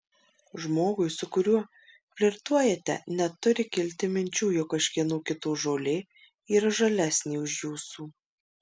žmogui su kuriuo flirtuojate neturi kilti minčių jog kažkieno kito žolė yra žalesnė už jūsų